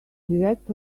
direct